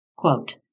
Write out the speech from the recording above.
Quote